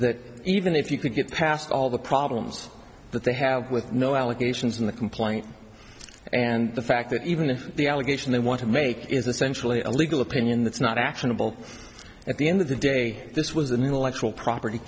that even if you could get past all the problems that they have with no allegations in the complaint and the fact that even if the allegation they want to make is essential in a legal opinion that's not actionable at the end of the day this was an intellectual property